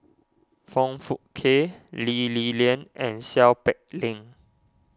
Foong Fook Kay Lee Li Lian and Seow Peck Leng